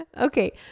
okay